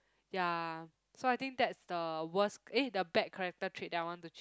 ya so I think that's the worst eh the bad character trait that I want to